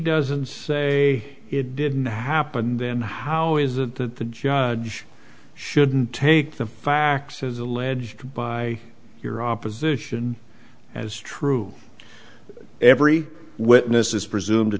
doesn't say it didn't happen then how is it that the judge shouldn't take the facts as alleged by your opposition as true every witness is presumed to